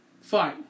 fine